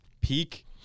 Peak